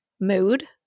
mood